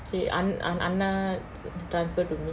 she anan~ அண்ணா:anna transfer to me